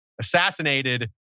assassinated